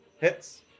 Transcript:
Hits